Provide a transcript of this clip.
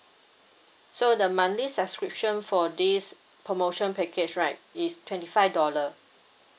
so the monthly subscription for this promotion package right is twenty five dollar